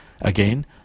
Again